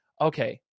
okay